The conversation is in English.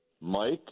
mike